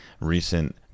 recent